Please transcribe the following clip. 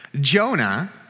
Jonah